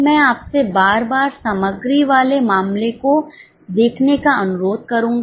मैं आपसे बार बार सामग्री वाले मामले को देखने का अनुरोध करूंगा